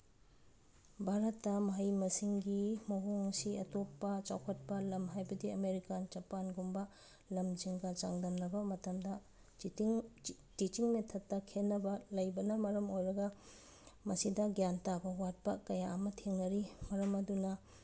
ꯚꯥꯔꯠꯇ ꯃꯍꯩ ꯃꯁꯤꯡꯒꯤ ꯃꯑꯣꯡ ꯑꯁꯤ ꯑꯇꯣꯞꯄ ꯆꯥꯎꯈꯠꯄ ꯂꯝ ꯍꯥꯏꯕꯗꯤ ꯑꯃꯦꯔꯤꯀꯥ ꯖꯄꯥꯟꯒꯨꯝꯕ ꯂꯝꯁꯤꯡꯒ ꯆꯥꯡꯗꯝꯅꯕ ꯃꯇꯝꯗ ꯇꯤꯆꯤꯡ ꯃꯦꯊꯠꯇ ꯈꯦꯅꯕ ꯂꯩꯕꯅ ꯃꯔꯝ ꯑꯣꯏꯔꯒ ꯃꯁꯤꯗ ꯒ꯭ꯌꯥꯟ ꯇꯥꯕ ꯋꯥꯠꯄ ꯀꯌꯥ ꯑꯃ ꯊꯦꯡꯅꯔꯤ ꯃꯔꯝ ꯑꯗꯨꯅ